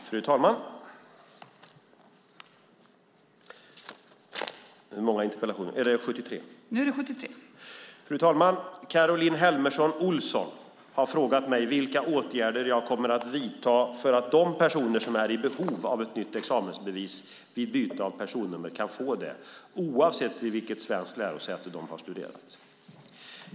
Fru talman! Caroline Helmersson Olsson har frågat mig vilka åtgärder jag kommer att vidta för att de personer som är i behov av ett nytt examensbevis vid byte av personnummer kan få det, oavsett vid vilket svenskt lärosäte de har studerat.